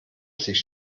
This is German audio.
sich